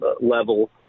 level